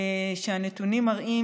שהנתונים מראים